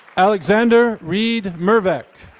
alexander reid mervak.